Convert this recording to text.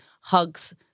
hugs